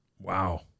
Wow